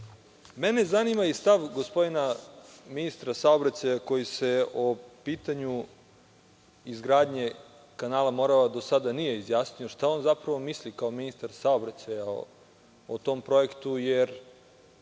tona. Mene zanima i stav gospodina ministra saobraćaja, koji se o pitanju izgradnje kanala „Morava“ do sada nije izjasnio, šta on zapravo misli kao ministar saobraćaja o tom projektu, jer